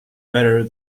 better